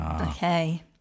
Okay